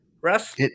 Russ